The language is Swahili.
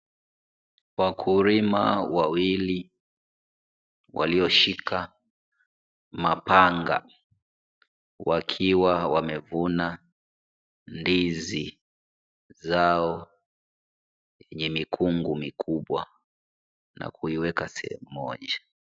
Wakulima wawili walioshika mapanga, wakiwa wamevuna ndizi zao yenye mikungu mikubwa na kuiweka sehemu moja.